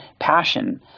passion